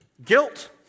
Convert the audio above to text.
Guilt